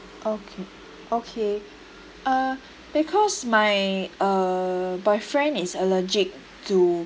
okay okay uh because my uh boyfriend is allergic to